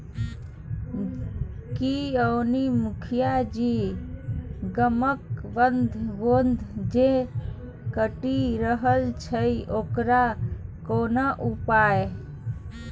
की यौ मुखिया जी गामक बाध बोन जे कटि रहल छै ओकर कोनो उपाय